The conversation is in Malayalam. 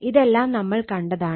ഇതെല്ലം നമ്മൾ കണ്ടതാണ്